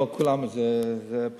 לא כולם פותחים.